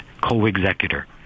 co-executor